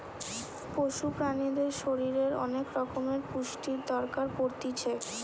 পশু প্রাণীদের শরীরের অনেক রকমের পুষ্টির দরকার পড়তিছে